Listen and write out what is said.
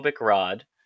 rod